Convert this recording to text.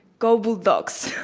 go bulldogs!